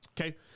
okay